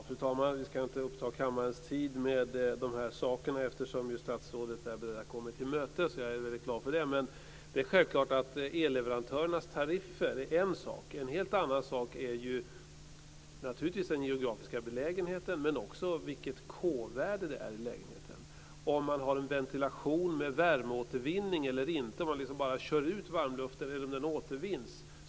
Fru talman! Vi skall inte uppta kammarens tid med dessa saker eftersom statsrådet är beredd att gå mig till mötes. Jag är väldigt glad för det. Det är självklart att elleverantörernas tariffer är en sak. En helt annan sak är den geografiska belägenheten, men också vilket k-värde det är i lägenheten och om man har en ventilation med värmeåtervinning eller inte, dvs. om man bara kör ut varmluften eller om den återvinns.